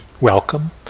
welcome